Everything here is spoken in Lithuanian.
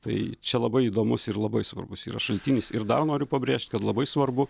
tai čia labai įdomus ir labai svarbus yra šaltinis ir dar noriu pabrėžt kad labai svarbu